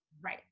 Right